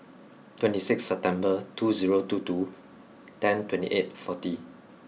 twenty six September two zero two two ten twenty eight forty